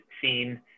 seen